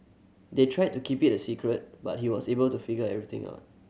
they tried to keep it a secret but he was able to figure everything out